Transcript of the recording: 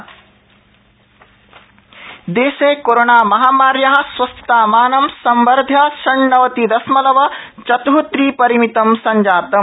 Covid update देशे कोरोनामहामार्या स्वस्थतामानं संवध्य षण्णवति दशमलव चत्ःत्रि परिमितं संजातम्